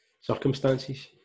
Circumstances